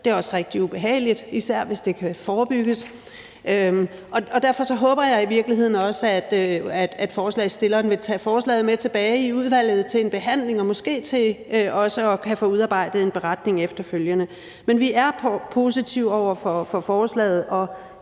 det er også rigtig ubehageligt, især hvis det kan forebygges, og derfor håber jeg i virkeligheden også, at forslagsstilleren vil tage forslaget med tilbage i udvalget til en behandling og måske også i forhold til efterfølgende at kunne få udarbejdet en beretning. Men vi er positive over for forslaget og